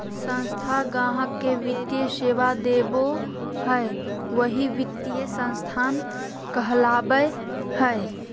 संस्था गाहक़ के वित्तीय सेवा देबो हय वही वित्तीय संस्थान कहलावय हय